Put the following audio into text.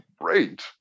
great